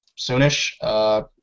soonish